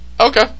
Okay